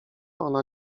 ona